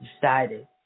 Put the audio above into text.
decided